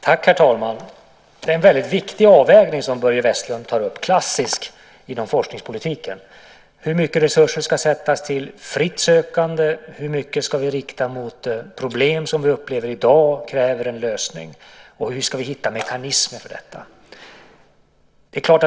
Herr talman! Det är en väldigt viktig avvägning som Börje Vestlund tar upp och en inom forskningspolitiken klassisk sådan: Hur mycket resurser ska avsättas till fritt sökande, hur mycket ska vi rikta mot problem som vi upplever i dag kräver en lösning, och hur ska vi hitta mekanismer för detta?